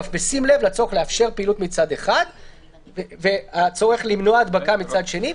בשים לב לצורך לאפשר פעילות מצד אחד והצורך למנוע הדבקה מצד שני,